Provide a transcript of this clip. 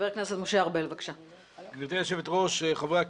ח"כ משה ארבל בבקשה.